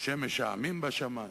"שמש העמים" בשמים,